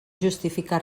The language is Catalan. justifica